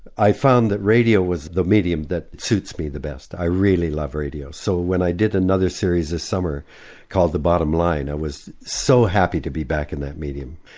i found that radio was the medium that suits me the best, i really love radio. so when i did another series this summer called the bottom line i was so happy to be back in that medium.